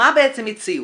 מה בעצם הציעו?